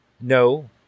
No